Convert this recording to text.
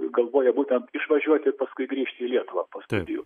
galvoja būtent išvažiuoti ir paskui grįžti į lietuvą po studijų